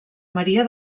maria